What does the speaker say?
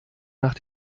nach